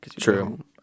True